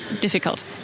difficult